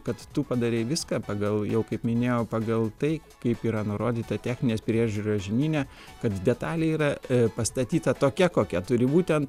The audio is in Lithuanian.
kad tu padarei viską pagal jau kaip minėjau pagal tai kaip yra nurodyta techninės priežiūros žinyne kad detalė yra pastatyta tokia kokia turi būti ant